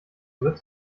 wird